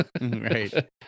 right